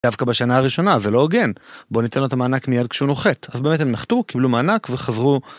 דווקא בשנה הראשונה, זה לא הוגן בוא ניתן לו את המענק מיד כשהוא נוחת. אז באמת הם נחתו קיבלו מענק וחזרו...